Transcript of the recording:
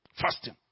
fasting